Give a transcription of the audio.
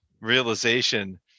realization